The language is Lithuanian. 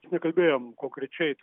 nekalbėjom konkrečiai